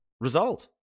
result